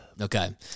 Okay